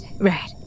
Right